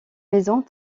maisons